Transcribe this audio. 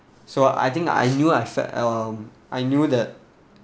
so I think I knew I felt uh I knew that